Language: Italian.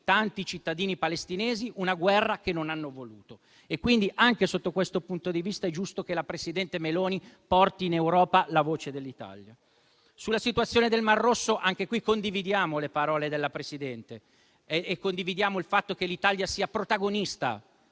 tanti cittadini palestinesi per una guerra che non hanno voluto. Anche sotto questo punto di vista, quindi, è giusto che la presidente Meloni porti in Europa la voce dell'Italia. Anche sulla situazione del mar Rosso condividiamo le parole della Presidente e condividiamo il fatto che l'Italia sia protagonista